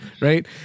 right